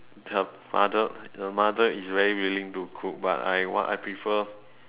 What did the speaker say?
her father her mother is very willing to cook but I want I prefer